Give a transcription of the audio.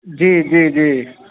जी जी जी